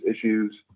issues